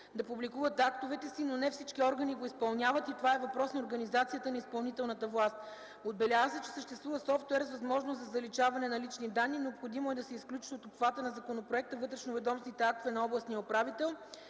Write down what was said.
да публикуват актовете си, но не всички органи го изпълняват и това е въпрос на организация на изпълнителната власт. Отбелязва се, че съществува софтуер с възможност за заличаване на лични данни. Необходимо е да бъдат изключени от обхвата на законопроекта вътрешноведомствените актове на областния управител,